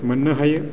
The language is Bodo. मोननो हायो